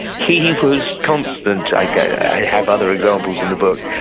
he he was constant, like i have other examples in the book.